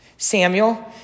Samuel